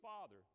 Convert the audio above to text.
father